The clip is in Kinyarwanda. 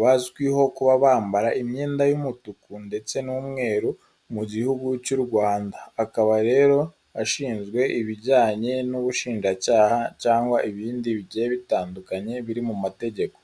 bazwiho kuba bambara imyenda y'umutuku ndetse n'umweru mu gihugu cy'U Rwanda akaba rero ashinzwe ibijyanye n'ubushinjacyaha cyangwa ibindi bitandukanye biri mu mategeko.